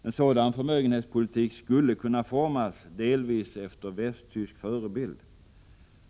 En sådan förmögenhetspolitik skulle kunna formas delvis efter västtysk förebild.